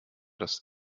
dass